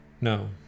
No